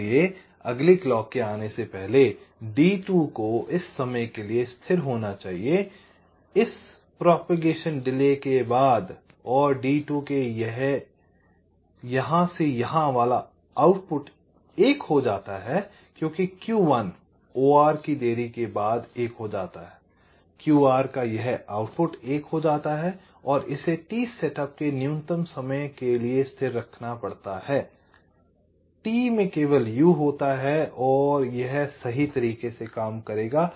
इसलिए अगली क्लॉक के आने से पहले D2 को इस समय के लिए स्थिर होना चाहिए इस प्रसार विलंब के बाद और D2 के यह या यहां वाला आउटपुट 1 हो जाता है क्योंकि Q1 OR की देरी के बाद 1 हो जाता है OR का यह आउटपुट 1 हो जाता है और इसे t सेटअप के न्यूनतम समय के लिए स्थिर रखना पड़ता है t में केवल u होता है कि यह सही तरीके से काम करेगा